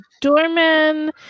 doorman